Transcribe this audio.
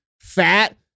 fat